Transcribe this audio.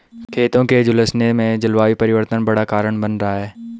खेतों के झुलसने में जलवायु परिवर्तन बड़ा कारण बन रहा है